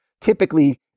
Typically